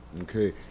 okay